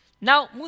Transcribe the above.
now